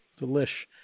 Delish